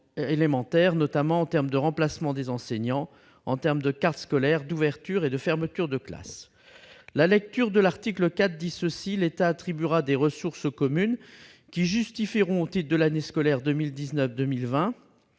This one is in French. notamment en termes de remplacement des enseignants, de carte scolaire, d'ouvertures et de fermetures de classes. L'article 4 du projet de loi prévoit que l'État attribuera des ressources aux communes qui justifieront, au titre de l'année scolaire 2019-2020